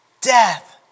death